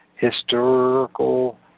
Historical